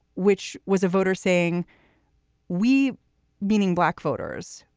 which was a voter saying we meaning black voters,